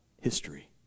history